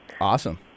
Awesome